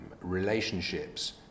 relationships